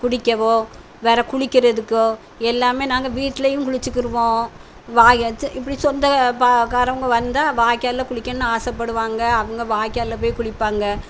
குடிக்கவோ வேறு குளிக்கிறதுக்கோ எல்லாமே நாங்கள் வீட்லேயும் குளிச்சிக்கிடுவோம் வாய வைச்சு இப்படி சொந்த ப காரவங்க வந்தால் வாய்க்காலில் குளிக்கணுன்னு ஆசைப்படுவாங்க அவங்க வாய்க்காலில் போய் குளிப்பாங்க